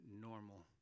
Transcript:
Normal